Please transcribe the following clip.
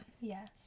Yes